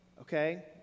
Okay